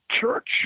church